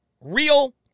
Real